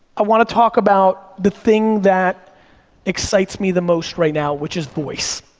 i wanna talk about the thing that excites me the most right now, which is voice.